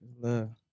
Love